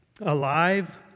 alive